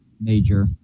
major